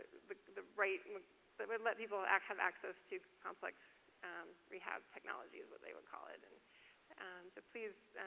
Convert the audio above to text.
the the right that would let people have access to complex rehab technology, is what they would call it. and so please,